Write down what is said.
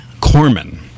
Corman